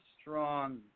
strong